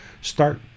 start